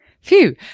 Phew